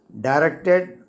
directed